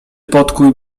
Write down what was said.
podkuj